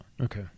Okay